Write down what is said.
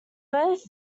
both